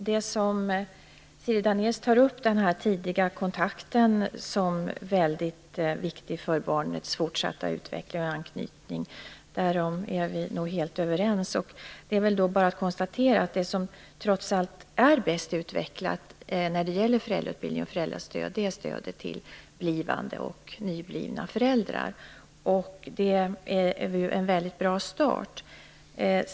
Fru talman! Siri Dannaeus pekar på den tidiga kontakten som väldigt viktig för barnets fortsatta utveckling och anknytning, och därom är vi nog helt överens. Vi kan konstatera att det som trots allt är bäst utvecklat när det gäller föräldrautbildning och föräldrastöd är stödet till blivande och nyblivna föräldrar. Det är en bra start.